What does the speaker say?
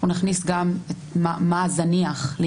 נכניס גם מה זניח.